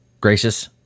gracious